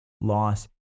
loss